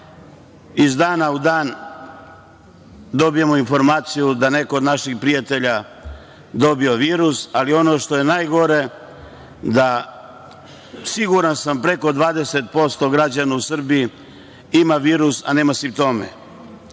Iz dana u dan dobijamo informaciju da je neko od naših prijatelja dobio virus, ali ono što je najgore, siguran sam da preko 20% građana u Srbiji ima virus, a nema simptome.